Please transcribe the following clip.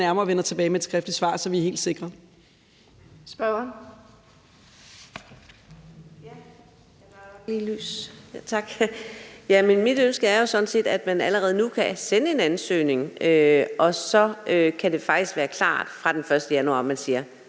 det nærmere og vender tilbage med et skriftligt svar, så vi er helt sikre.